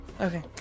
okay